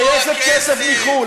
מגייסת כסף מחו"ל.